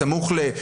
בסמוך לראש העין,